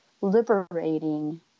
liberating